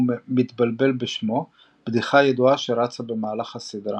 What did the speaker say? מתבלבל בשמו - בדיחה ידועה שרצה במהלך הסדרה.